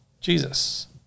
Jesus